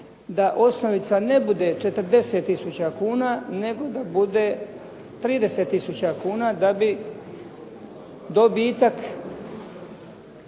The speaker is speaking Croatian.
da osnovica ne bude 40000 kuna, nego da bude 30000 kuna da bi dobitak